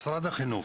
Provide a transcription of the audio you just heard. משרד החינוך